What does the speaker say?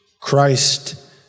Christ